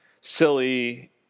silly